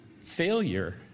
failure